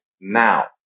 now